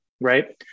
right